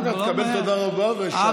אחר כך תקבל תודה רבה ושי.